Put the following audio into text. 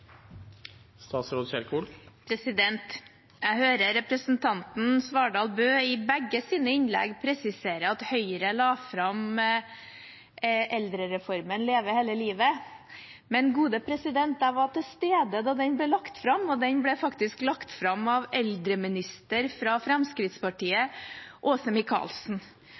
Jeg hører representanten Svardal Bøe i begge sine innlegg presisere at Høyre la fram eldrereformen Leve hele livet, men jeg var til stede da den ble lagt fram, og den ble faktisk lagt fram av eldreministeren fra Fremskrittspartiet, Åse